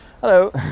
Hello